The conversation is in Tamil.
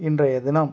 இன்றைய தினம்